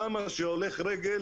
למה הולך רגל